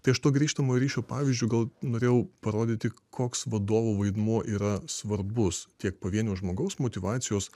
tai aš to grįžtamojo ryšio pavyzdžiu gal norėjau parodyti koks vadovo vaidmuo yra svarbus tiek pavienio žmogaus motyvacijos